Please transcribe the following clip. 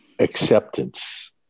acceptance